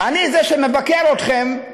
אני זה שמבקר אתכם,